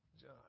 John